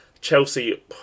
Chelsea